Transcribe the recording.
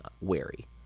wary